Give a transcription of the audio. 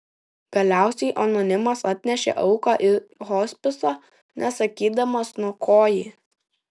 galiausiai anonimas atnešė auką į hospisą nesakydamas nuo ko ji